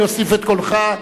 אני אוסיף את קולך,